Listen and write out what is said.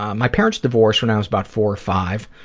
my parents divorced when i was about four or five.